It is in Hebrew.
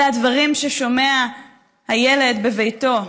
אלה הדברים ששומע הילד בביתו.